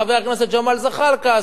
חבר הכנסת ג'מאל זחאלקה,